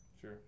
Sure